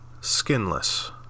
skinless